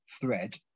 thread